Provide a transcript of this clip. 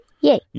Yay